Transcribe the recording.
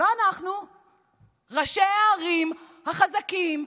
לא אנחנו ראשי הערים החזקים,